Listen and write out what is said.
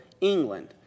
England